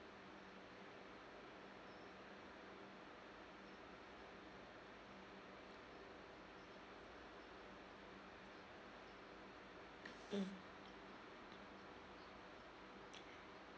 mm